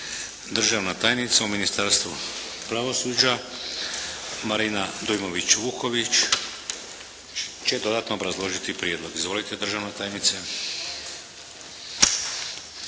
Državna tajnica u Ministarstvu pravosuđa Marina Dujmović-Vuković će dodatno obrazložiti Prijedlog. Izvolite državna tajnice.